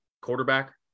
quarterback